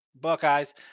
Buckeyes